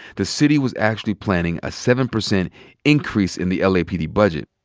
the city was actually planning a seven percent increase in the l. a. p. d. budget,